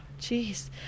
Jeez